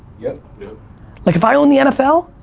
yeah yeah like if i owned the nfl,